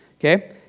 okay